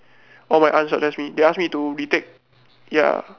or my aunt suggest me they ask me to retake ya